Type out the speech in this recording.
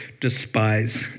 despise